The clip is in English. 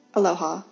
Aloha